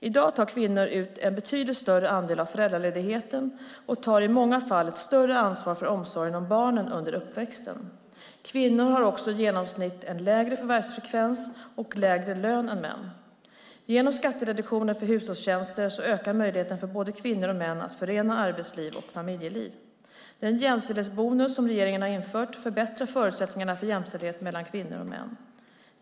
I dag tar kvinnor ut en betydligt större andel av föräldraledigheten, och de tar i många fall ett större ansvar för omsorgen om barnen under uppväxten. Kvinnor har också i genomsnitt en lägre förvärvsfrekvens och lägre lön än män. Genom skattereduktionen för hushållstjänster ökar möjligheten för både kvinnor och män att förena arbetsliv och familjeliv. Den jämställdhetsbonus som regeringen har infört förbättrar förutsättningarna för jämställdhet mellan kvinnor och män.